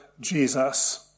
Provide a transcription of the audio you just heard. Jesus